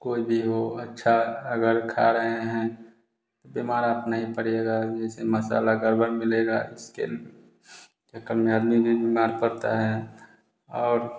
कोई भी हो अच्छा अगर खा रहे है बीमार आप नहीं पड़ेंगे जैसे मसाला गड़बड़ मिलेगा इसके लिए कभी आदमी भी बीमार पड़ता है और